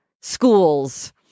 schools